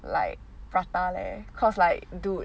like prata leh cause like dude